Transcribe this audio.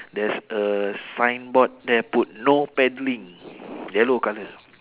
there's a signboard there put no paddling yellow colour